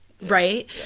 Right